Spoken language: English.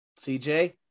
CJ